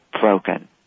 broken